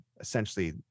essentially